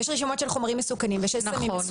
יש רשימות של חומרים מסוכנים ושל סמים מסוכנים,